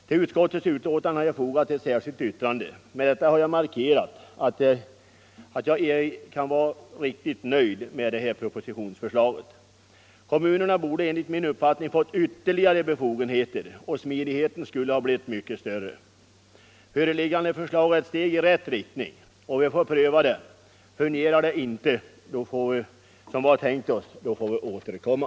Vid utskottets betänkande har jag fogat ett särskilt yttrande. Med detta har jag markerat att jag trots allt ej kan vara riktigt nöjd med propositionens förslag. Kommunerna borde enligt min uppfattning ha fått ytterligare befogenheter och smidigheten skulle ha blivit mycket större. Föreliggande förslag är ett steg i rätt riktning, och vi får pröva det. Fungerar det inte som vi har tänkt oss, då får vi återkomma.